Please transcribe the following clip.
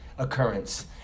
occurrence